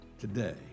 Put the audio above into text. today